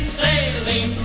sailing